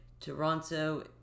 Toronto